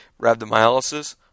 rhabdomyolysis